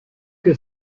que